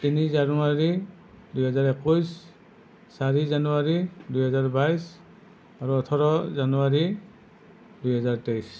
তিনি জানুৱাৰী দুহেজাৰ একৈশ চাৰি জানুৱাৰী দুহেজাৰ বাইছ আৰু ওঠৰ জানুৱাৰী দুহেজাৰ তেইছ